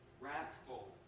wrathful